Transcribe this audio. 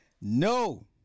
no